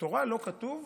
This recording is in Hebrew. בתורה לא כתוב.